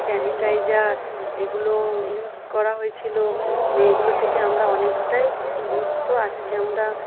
sanitiser এগুলো use করা হয়েছিলো মানে এগুলো থেকে আমরা অনেকটাই মুক্ত আজকে আমরা